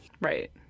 Right